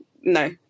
no